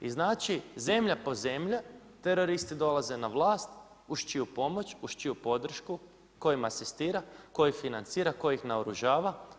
I znači zemlja po zemlja, teroristi dolaze na vlast, uz čiju pomoć, uz čiju podršku, tko im asistira, tko ih financira, tko ih naoružava?